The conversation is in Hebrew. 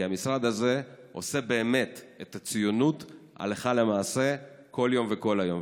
כי המשרד הזה עושה באמת את הציונות הלכה למעשה כל יום וכל היום.